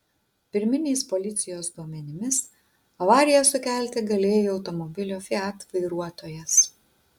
pirminiais policijos duomenimis avariją sukelti galėjo automobilio fiat vairuotojas